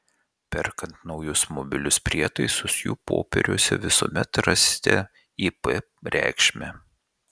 perkant naujus mobilius prietaisus jų popieriuose visuomet rasite ip reikšmę